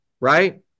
right